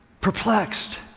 Perplexed